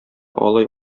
алай